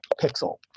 pixel